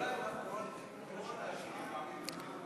לדיון מוקדם בוועדה שתקבע ועדת הכנסת נתקבלה.